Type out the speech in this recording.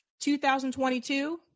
2022